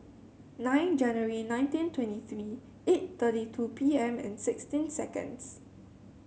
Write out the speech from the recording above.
nine January nineteen twenty three eight thirty two P M and sixteen seconds